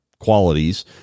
Qualities